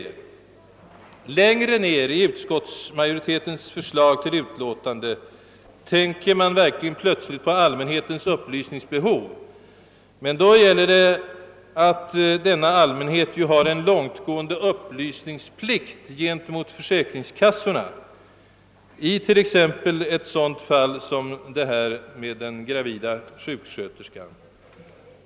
3) Längre ned i utskottsmajoritetens förslag till utlåtande tänker man verkligen helt plötsligt på allmänhetens upplysningsbehov, men då gäller det att denna allmänhet har en långtgående upplysningsplikt mot försäkringskassorna. Detta gäller t.ex. i ett sådant fall som den gravida sjuksköterskan.